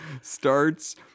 starts